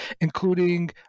including